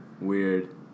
Weird